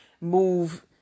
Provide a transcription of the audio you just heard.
move